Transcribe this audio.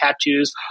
tattoos